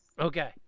Okay